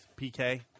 PK